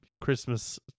Christmas